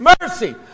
mercy